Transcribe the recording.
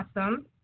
awesome